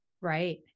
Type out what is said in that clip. Right